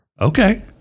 Okay